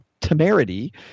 temerity